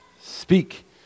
speak